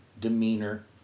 demeanor